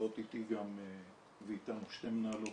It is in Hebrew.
נמצאות איתי ואיתנו גם שתי מנהלות